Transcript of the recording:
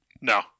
No